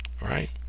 right